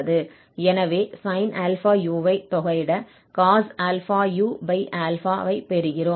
எனவே sin αu ஐ தொகையிட cos ∝u பெறுகிறோம்